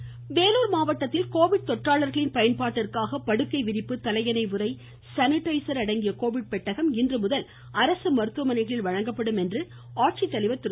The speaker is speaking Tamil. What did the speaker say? இருவரி வேலூர் மாவட்டத்தில் கோவிட் தொற்றாளர்களின் பயன்பாட்டிற்காக படுக்கை விரிப்பு தலையணை உறை சானிடைஸ் அடங்கிய கோவிட் பெட்டகம் இன்றுமுதல் அரசு மருத்துவமனைகளில் வழங்கப்படும் என்று மாவட்ட ஆட்சித்தலைவா் திரு